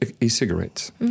e-cigarettes